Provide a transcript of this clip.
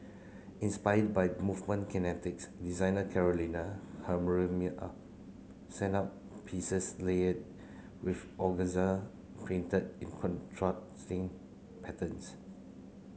inspired by movement kinetics designer Carolina sent out pieces layered with organza printed in contrasting patterns